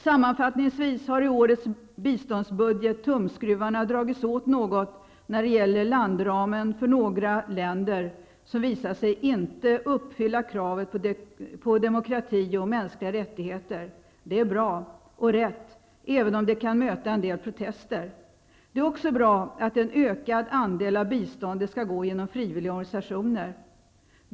Sammanfattningsvis kan sägas att i årets biståndsbudget har tumskruvarna dragits åt något när det gäller landramen för några länder, som visat sig inte uppfylla kravet på demokrati och mänskliga rättigheter. Det är bra och rätt, även om det kan möta en del protester. Det är också bra att en ökad andel av biståndet skall gå genom frivilliga organisationer.